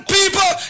people